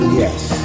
yes